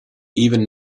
even